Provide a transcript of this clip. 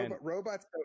Robots